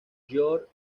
george